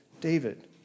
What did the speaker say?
David